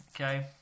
okay